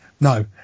No